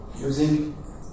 using